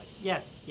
Yes